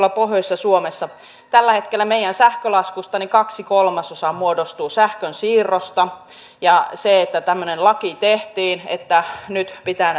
tuolla pohjoisessa suomessa tällä hetkellä meidän sähkölaskustamme kaksi kolmasosaa muodostuu sähkönsiirrosta kun tämmöinen laki tehtiin että nyt pitää